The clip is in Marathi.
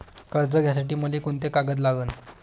कर्ज घ्यासाठी मले कोंते कागद लागन?